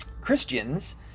christians